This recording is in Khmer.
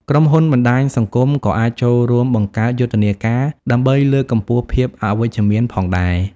ក្រុមហ៊ុនបណ្ដាញសង្គមក៏អាចចូលរួមបង្កើតយុទ្ធនាការដើម្បីលើកកម្ពស់ភាពវិជ្ជមានផងដែរ។